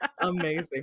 amazing